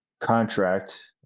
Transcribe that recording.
contract